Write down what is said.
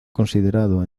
considerado